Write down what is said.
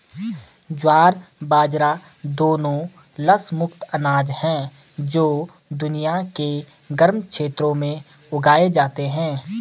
ज्वार बाजरा दोनों लस मुक्त अनाज हैं जो दुनिया के गर्म क्षेत्रों में उगाए जाते हैं